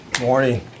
morning